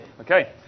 Okay